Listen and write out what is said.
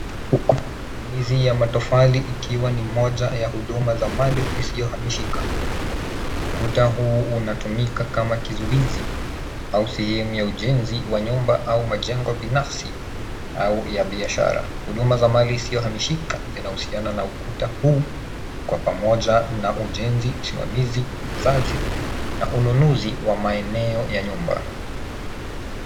Ukuta wa mizi ya matofali ikiwa ni moja ya huduma ya mali isiyohamishika. Ukuta huu unatumika kama kizuizi au sehemu ya ujenzi wa nyumba au majengo binafsi au ya biashara. Huduma za mali isiyohamishika zinahusiana na ukuta huu kwa pamoja na ujenzi, usimamizi, uuzaji na ununuzi wa maeneo ya nyumba.